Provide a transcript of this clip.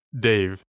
dave